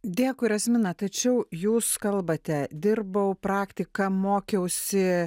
dėkui rasmina tačiau jūs kalbate dirbau praktika mokiausi